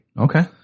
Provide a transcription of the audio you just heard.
Okay